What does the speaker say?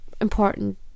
important